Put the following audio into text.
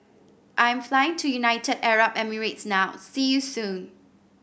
I am flying to United Arab Emirates now see you soon